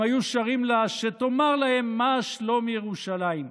הם היו שרים לה שתאמר להם מה שלום ירושלים.